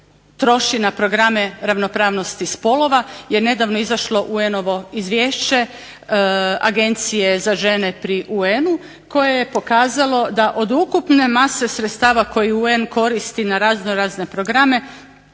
troši na programe ravnopravnosti spolova. Jer je nedavno izašlo UN-ovo Izvješće Agencije za žene pri UN-u koje je pokazalo da od ukupne mase sredstava koje UN koristi na razno razne programe